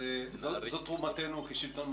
זאת תרומתנו כשלטון מרכזי...